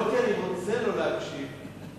לא כי אני רוצה לא להקשיב אלא,